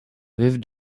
with